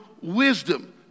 wisdom